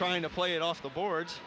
trying to play it off the boards